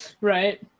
right